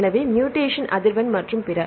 எனவே மூடேசன் அதிர்வெண் மற்றும் பிற